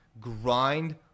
grind